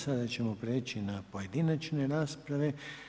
Sada ćemo prijeći na pojedinačne rasprave.